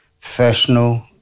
professional